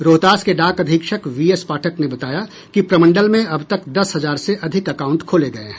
रोहतास के डाक अधीक्षक वी एस पाठक ने बताया कि प्रमंडल में अब तक दस हजार से अधिक अकाउंट खोले गये हैं